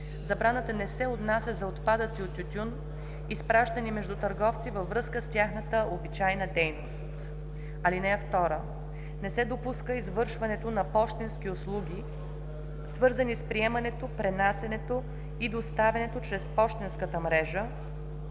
Забраната не се отнася за отпадъци от тютюн, изпращани между търговци във връзка с тяхната обичайна дейност. (2) Не се допуска извършването на пощенски услуги, свързани с приемането, пренасянето и доставянето чрез пощенската мрежа